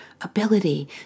ability